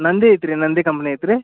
ನಂದಿ ಐತ್ರಿ ನಂದಿ ಕಂಪ್ನಿ ಐತ್ರಿ